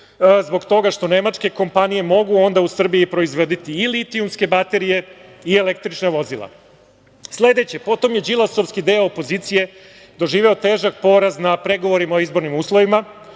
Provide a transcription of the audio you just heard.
zbog toga što nemačke kompanije mogu onda u Srbiji proizvoditi i litijumske baterije i električna vozila. Sledeće, potom je Đilasovski deo opozicije doživeo težak poraz na pregovorima o izbornim uslovima,